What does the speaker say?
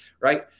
right